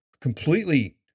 completely